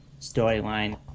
storyline